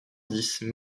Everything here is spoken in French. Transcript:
dix